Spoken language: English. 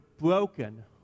broken